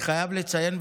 אני חייב לציין,